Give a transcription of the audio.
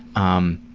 um,